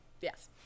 yes